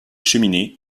cheminées